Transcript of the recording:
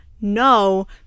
no